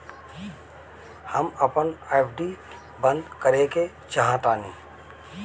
हम अपन एफ.डी बंद करेके चाहातानी